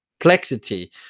Complexity